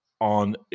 on